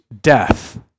death